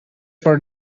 for